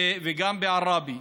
וגם בעראבה,